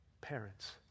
parents